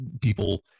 people